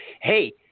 hey